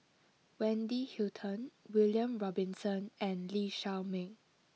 Wendy Hutton William Robinson and Lee Shao Meng